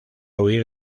huir